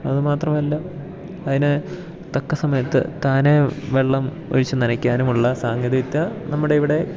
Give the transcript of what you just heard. അതു മാത്രമല്ല അതിനെ തക്ക സമയത്ത് താനെ വെള്ളം ഒഴിച്ച് നനയ്ക്കാനുമുള്ള സാങ്കേതിക വിദ്യ നമ്മുടെ ഇവിടെ